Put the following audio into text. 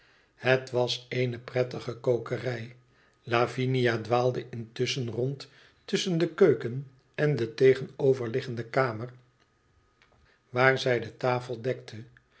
het was eene prettige kokerij lavinia dwaalde intusschen rond tusschen de keuken en de tegenoverliggende kamer waar zij de tafel dekte